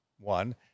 one